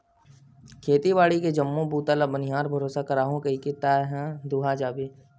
खेती बाड़ी के जम्मो बूता ल बनिहार भरोसा कराहूँ कहिके त तेहा दूहा जाबे